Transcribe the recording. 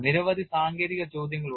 നിരവധി സാങ്കേതിക ചോദ്യങ്ങളുണ്ട്